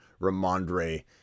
Ramondre